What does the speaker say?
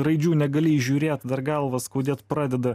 raidžių negali įžiūrėt dar galvą skaudėt pradeda